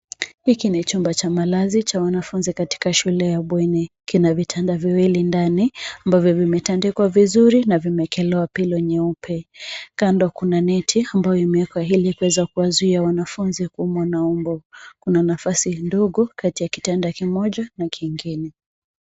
Hiki ni chumba cha malazi cha wanafunzi katika shule ya bweni. Kina vitanda viwili ndani ambavyo vimetandikwa vizuri na vimeekelewa pillow nyeupe, kando kuna neti ambayo imewekwa ile kueza kuwazuia wanafunzi kuumwa na mbu, kuna nafasi ndogo kati ya kitanda kimoja na kingine.